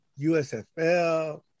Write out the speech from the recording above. USFL